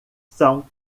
são